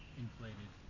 inflated